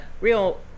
real